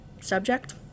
subject